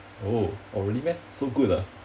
oh oh really meh so good ah